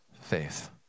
faith